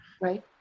Right